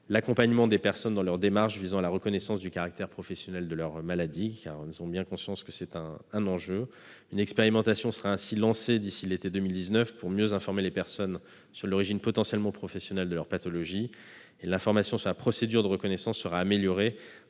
l'accompagnement des personnes dans leurs démarches visant à la reconnaissance du caractère professionnel de leur maladie, ayant conscience de l'enjeu. Une expérimentation sera ainsi lancée, d'ici à l'été 2019, pour mieux informer les personnes sur l'origine potentiellement professionnelle de leur pathologie. En outre, l'information sur la procédure de reconnaissance sera améliorée,